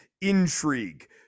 intrigue